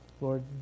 Lord